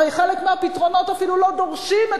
הרי חלק מהפתרונות אפילו לא דורשים את